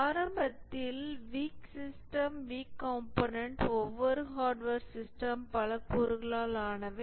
ஆரம்பத்தில் weak system weak component ஒவ்வொரு hardware system பல கூறுகளால் ஆனவை